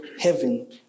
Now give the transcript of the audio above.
heaven